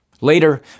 Later